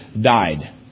died